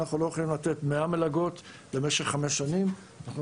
אנחנו לא יכולים לתת 100 מלגות למשך 5 שנים ולכן